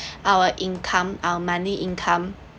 our income our money income